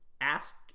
ask